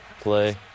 play